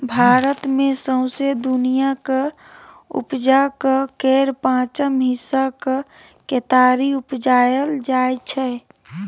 भारत मे सौंसे दुनियाँक उपजाक केर पाँचम हिस्साक केतारी उपजाएल जाइ छै